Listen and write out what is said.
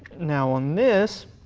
now on this,